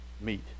meet